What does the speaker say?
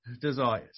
desires